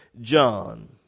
John